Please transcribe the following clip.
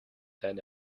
than